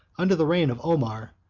under the reign of omar,